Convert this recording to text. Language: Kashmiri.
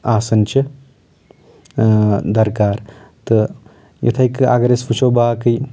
آسان چھِ درکار تہٕ یِتھٕے کٔنۍ اگر أسۍ وٕچھو باقٕے